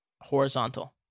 Horizontal